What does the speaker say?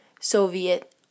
Soviet